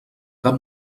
cap